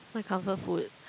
my comfort food